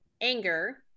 anger